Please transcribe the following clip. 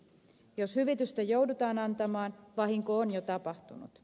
jos hyvitystä joudutaan antamaan vahinko on jo tapahtunut